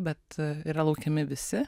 bet yra laukiami visi